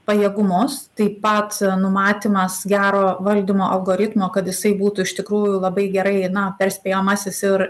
pajėgumus taip pat numatymas gero valdymo algoritmo kad jisai būtų iš tikrųjų labai gerai na perspėjamasis ir